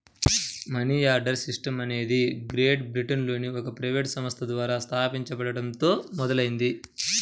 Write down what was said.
money order system అనేది great బ్రిటన్లోని ఒక ప్రైవేట్ సంస్థ ద్వారా స్థాపించబడటంతో మొదలైంది